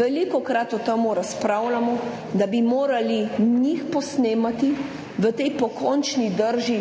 velikokrat o tem razpravljamo, da bi morali njih posnemati v tej pokončni drži